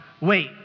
Wait